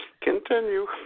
Continue